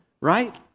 Right